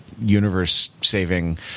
universe-saving